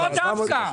לא דווקא.